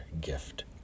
gift